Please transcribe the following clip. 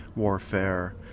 warfare,